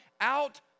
out